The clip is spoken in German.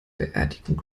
beerdigung